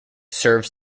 serves